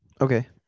Okay